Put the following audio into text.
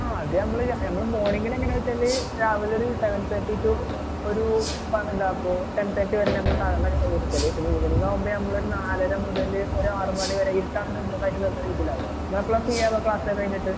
ആ അത് നമ്മള് നമ്മള് മോണിങ്ങിൽ എങ്ങനെ ആണെന്ന് വെച്ചാല് രാവിലെ ഒരു സെവൻ തേട്ടി റ്റു ഒരു ഇപ്പം എന്താ ഇപ്പോൾ ടെൻ തേട്ടി വരെയാണ് നമ്മള് സാധാരണ എടുക്കല് പിന്നെ ഈവനിങ്ങാകുമ്പോൾ നമ്മളൊര് നാലര മുതല് ഒരാറ് മണി വരെ ഇരുട്ടാവുന്നതിന് മുമ്പ് കാര്യം നിർത്തുന്ന രീതിയിലാകും നിങ്ങൾ എപ്പോളാണ് ഫ്രീ ആകുക ക്ലാസ് എല്ലാം കഴിഞ്ഞിട്ട്